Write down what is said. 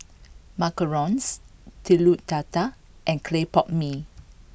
Macarons telur dadah and Claypot mee